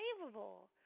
Unbelievable